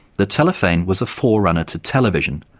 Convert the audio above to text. the telephane was a forerunner to television,